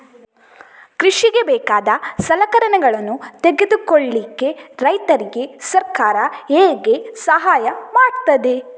ಕೃಷಿಗೆ ಬೇಕಾದ ಸಲಕರಣೆಗಳನ್ನು ತೆಗೆದುಕೊಳ್ಳಿಕೆ ರೈತರಿಗೆ ಸರ್ಕಾರ ಹೇಗೆ ಸಹಾಯ ಮಾಡ್ತದೆ?